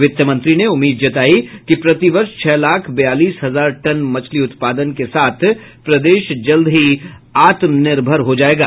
वित्त मंत्री ने उम्मीद जतायी कि प्रतिवर्ष छह लाख बयालीस हजार टन मछली उत्पादन के साथ प्रदेश जल्द ही आत्मनिर्भर हो जायेगा